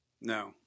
No